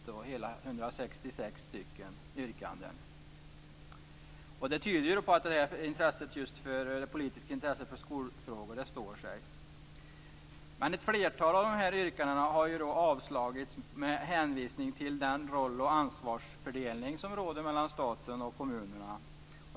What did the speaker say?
Det rör sig om hela 166 yrkanden. Detta tyder på att det politiska intresset för skolfrågor står sig. Ett flertal av yrkandena har dock avstyrkts med hänvisning till den roll och ansvarsfördelning som råder mellan staten och kommunerna.